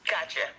Gotcha